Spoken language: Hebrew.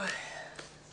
הישיבה ננעלה בשעה 13:57.